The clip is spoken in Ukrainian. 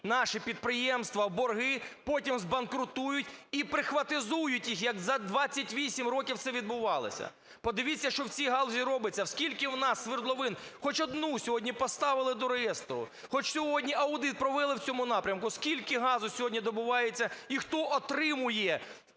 наші підприємства в борги, потім – збанкрутуют, і "прихватизують" їх, як за 28 років це відбувалося. Подивіться, що в цій галузі робиться? Скільки у нас свердловин? Хоч одну сьогодні поставили до реєстру? Хоч сьогодні аудит провели в цьому напрямку? Скільки газу сьогодні добувається і хто отримує